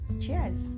cheers